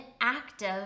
active